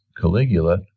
caligula